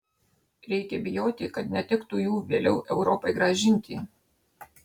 reikia bijoti kad netektų jų vėliau europai grąžinti